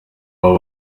y’aho